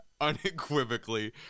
Unequivocally